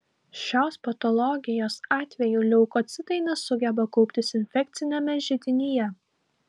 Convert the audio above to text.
šios patologijos atveju leukocitai nesugeba kauptis infekciniame židinyje